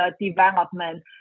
development